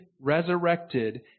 resurrected